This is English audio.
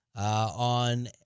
On